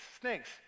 snakes